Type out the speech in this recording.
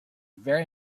very